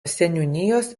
seniūnijos